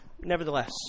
nevertheless